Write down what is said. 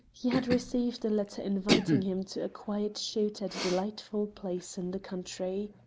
he had received a letter inviting him to quiet shoot at a delightful place in the country.